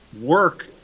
work